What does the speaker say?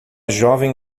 jovem